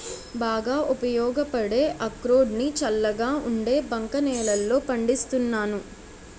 బాగా ఉపయోగపడే అక్రోడ్ ని చల్లగా ఉండే బంక నేలల్లో పండిస్తున్నాను